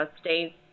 States